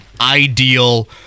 ideal